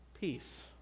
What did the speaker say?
peace